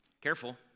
Careful